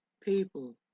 People